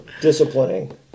disciplining